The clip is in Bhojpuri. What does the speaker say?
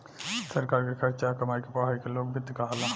सरकार के खर्चा आ कमाई के पढ़ाई के लोक वित्त कहाला